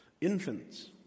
Infants